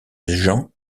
gens